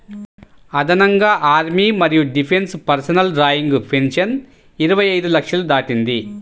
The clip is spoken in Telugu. అదనంగా ఆర్మీ మరియు డిఫెన్స్ పర్సనల్ డ్రాయింగ్ పెన్షన్ ఇరవై ఐదు లక్షలు దాటింది